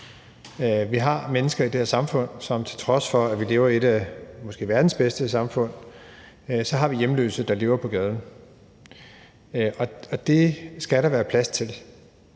Vi har mennesker i det her samfund, som, til trods for at vi lever i måske verdens bedste samfund, er hjemløse og lever på gaden, og det skal der være plads til.